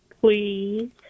please